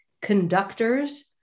Conductors